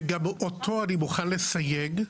וגם אותו אני מוכן לסייג.